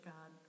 God